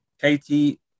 Katie